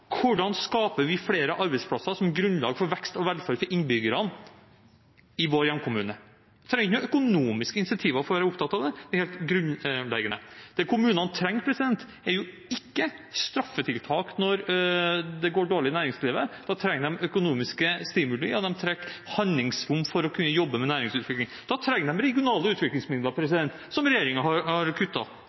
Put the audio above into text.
Hvordan skaper vi flere arbeidsplasser som grunnlag for vekst og velferd for innbyggerne i vår hjemkommune? Det ikke noen økonomiske incentiver for å være opptatt av dette. Dette er helt grunnleggende. Det kommunene trenger, er ikke straffetiltak når det går dårlig i næringslivet. Da trenger de økonomiske stimuli, og de trenger handlingsrom for å kunne jobbe med næringsutvikling. Da trenger de regionale utviklingsmidler, som regjeringen har